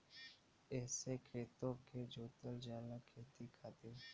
एहसे खेतो के जोतल जाला खेती खातिर